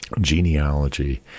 genealogy